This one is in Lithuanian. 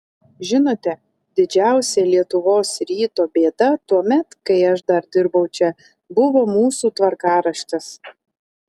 žinote didžiausia lietuvos ryto bėda tuomet kai aš dar dirbau čia buvo mūsų tvarkaraštis